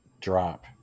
drop